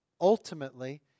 Ultimately